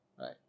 Right